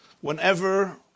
whenever